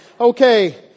Okay